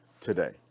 today